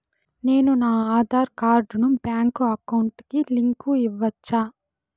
నేను నా ఆధార్ కార్డును బ్యాంకు అకౌంట్ కి లింకు ఇవ్వొచ్చా?